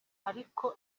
ariko